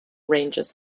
rangers